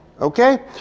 okay